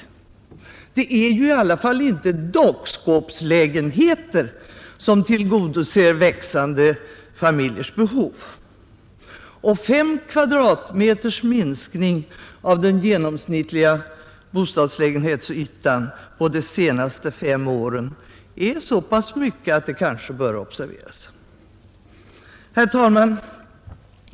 Det är ju i alla fall inte dockskåpslägenheter som tillgodoser växande familjers behov. Och 5 kvadratmeters minskning av den genomsnittliga bostadslägenhetsytan på de senaste fem åren är så pass mycket att det kanske bör observeras. Herr talman!